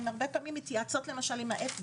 הם הרבה פעמים מתייעצות עם ה-FDA